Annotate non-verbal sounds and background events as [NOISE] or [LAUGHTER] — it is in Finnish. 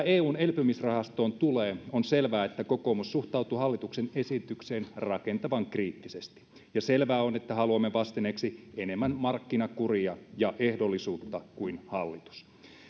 [UNINTELLIGIBLE] eun elpymisrahastoon tulee on selvää että kokoomus suhtautuu hallituksen esitykseen rakentavan kriittisesti ja selvää on että haluamme vastineeksi enemmän markkinakuria ja ehdollisuutta kuin hallitus